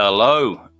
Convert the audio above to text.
Hello